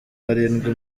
barindwi